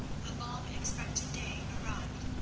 the long-expected day arrived,